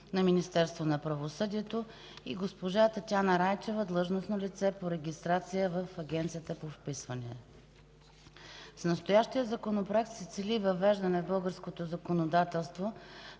на Министерството на правосъдието и госпожа Татяна Райчева – длъжностно лице по регистрация в Агенцията по вписванията. I. С настоящия Законопроект се цели въвеждане в българското законодателство